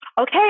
Okay